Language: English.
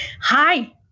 Hi